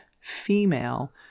female